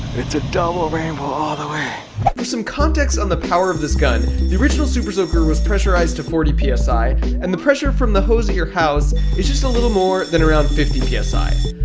it's a double rainbow all the way for some context on the power of this gun the original super soaker was pressurized to forty psi and the pressure from the hose of your house is just a little more than around fifty psi,